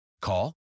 Call